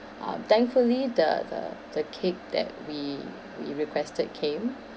um thankfully the the the cake that we we requested came